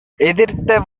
எதிர்த்த